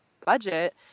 budget